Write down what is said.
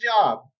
job